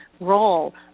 role